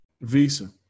Visa